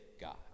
God